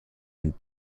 and